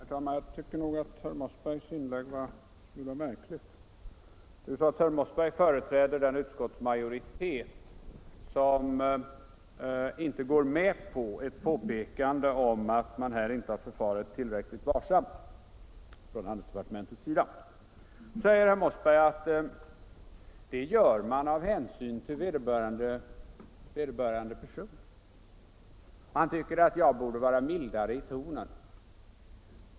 Herr talman! Jag tycker att herr Mossbergs inlägg var en smula märkligt. Herr Mossberg företräder utskottsmajoriteten, som inte går med på ett påpekande om att man från departementets sida inte har förfarit till 147 räckligt varsamt. Nu säger herr Mossberg att utskottsmajoriteten gör detta med hänsyn till vederbörande person och att jag borde vara mildare i tonen.